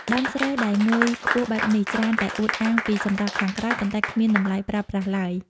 ដើមស្រូវដែលងើយខ្ពស់បែបនេះ ច្រើនតែអួតអាងពីសម្រស់ខាងក្រៅ ប៉ុន្តែគ្មានតម្លៃប្រើប្រាស់ឡើយ។